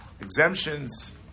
exemptions